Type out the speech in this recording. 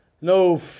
no